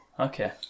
Okay